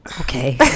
Okay